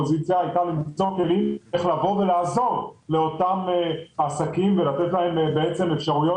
כלי לעזור לאותם עסקים על מנת לשרוד